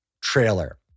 trailer